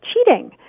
cheating